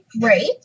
great